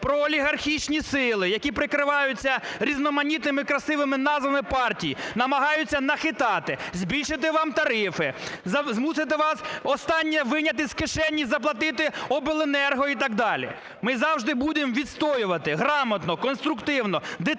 проолігархічні сили, які прикриваються різноманітними красивими назвами партій, намагаються нахитати, збільшити вам тарифи, змусити вас останнє вийняти з кишені і заплатити обленерго і так далі. Ми завжди будемо відстоювати грамотно, конструктивно, детально,